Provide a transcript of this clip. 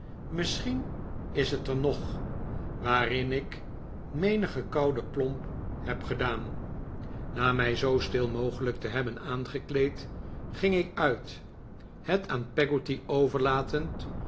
misschien is het er nog waarin ik menigen kouden plomp heb gedaan na mij zoo stil mogelijk te hebben e angekleed ging ik uit het aan peggotty overlatend